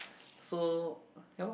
so ya lor